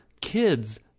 Kids